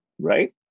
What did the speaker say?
right